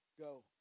go